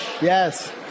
Yes